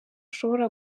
ushobora